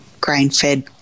grain-fed